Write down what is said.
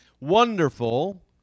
Wonderful